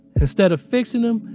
instead of fixing him,